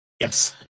Yes